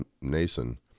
Nason